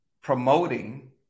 promoting